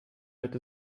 wird